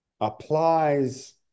applies